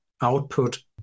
output